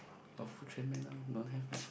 got food trend man orh don't have meh